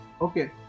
okay